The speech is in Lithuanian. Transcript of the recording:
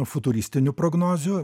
futuristinių prognozių